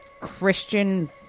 Christian